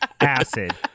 acid